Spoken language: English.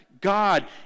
God